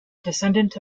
descendant